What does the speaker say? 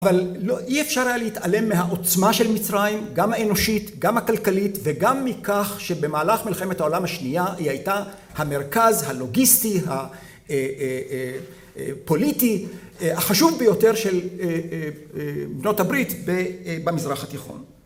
אבל אי אפשר היה להתעלם מהעוצמה של מצרים, גם האנושית, גם הכלכלית, וגם מכך שבמהלך מלחמת העולם השנייה היא הייתה המרכז הלוגיסטי, הפוליטי, החשוב ביותר של מדינות הברית במזרח התיכון.